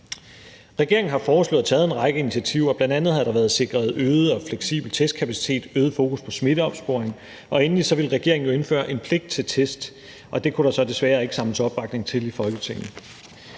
Regeringen har foreslået og taget en række initiativer, bl.a. har der været sikret øget og fleksibel testkapacitet, øget fokus på smitteopsporing, og endelig ville regeringen jo indføre en pligt til test. Det kunne der så desværre ikke samles opbakning til i Folketinget.